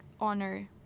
honor